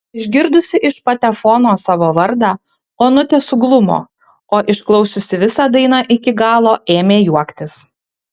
išgirdusi iš patefono savo vardą onutė suglumo o išklausiusi visą dainą iki galo ėmė juoktis